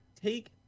take